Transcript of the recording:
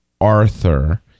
Arthur